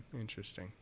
Interesting